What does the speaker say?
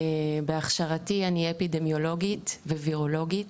בהכשרתי אני אפידמיולוגית ווירולוגית